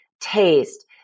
taste